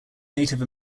native